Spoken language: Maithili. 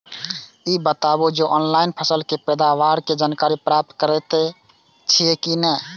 ई बताउ जे ऑनलाइन फसल के पैदावार के जानकारी प्राप्त करेत छिए की नेय?